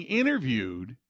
interviewed